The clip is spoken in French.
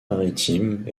maritimes